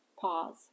Pause